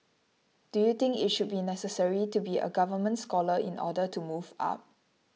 do you think it should be necessary to be a government scholar in order to move up